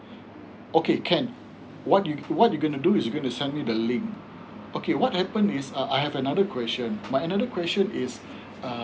okay can what you what you gonna do is you will send me the link mm okay what happen is uh I have another question my another question is uh